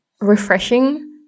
refreshing